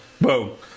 Boom